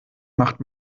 macht